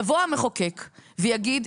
יבוא המחוקק ויגיד